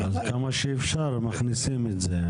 אז כמה שאפשר מכניסים את זה.